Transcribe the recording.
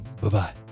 Bye-bye